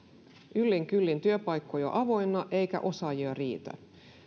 yllin kyllin työpaikkoja avoinna eikä osaajia riitä